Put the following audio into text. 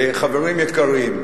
חברים יקרים,